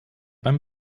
beim